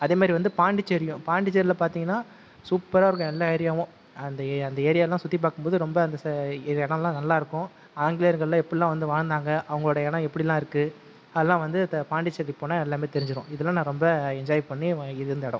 அதே மாதிரி வந்து பாண்டிச்சேரியும் பாண்டிச்சேரியில் பார்த்தீங்கன்னா சூப்பராக இருக்கும் எல்லா ஏரியாவும் அந்த அந்த ஏரியால்லாம் சுற்றி பார்க்கும் போது ரொம்ப அந்த இடமெல்லாம் நல்லா இருக்கும் ஆங்கிலேயர்கள்லாம் எப்படில்லாம் வந்து வாழ்ந்தாங்க அவங்களுடைய இடம் எப்படில்லாம் இருக்குது அதெல்லாம் வந்து பாண்டிச்சேரிக்கு போனால் எல்லாமே தெரிஞ்சுடும் இதெல்லாம் நான் ரொம்ப என்ஜாய் பண்ணி இருந்த இடம்